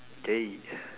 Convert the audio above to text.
gay